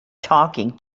talking